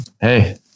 Hey